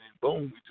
boom